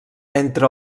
entre